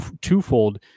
twofold